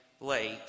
late